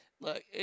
Look